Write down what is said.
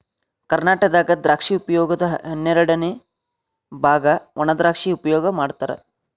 ಕರ್ನಾಟಕದಾಗ ದ್ರಾಕ್ಷಿ ಉಪಯೋಗದ ಹನ್ನೆರಡಅನೆ ಬಾಗ ವಣಾದ್ರಾಕ್ಷಿ ಉಪಯೋಗ ಮಾಡತಾರ